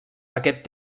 aquest